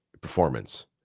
performance